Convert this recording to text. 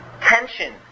Tension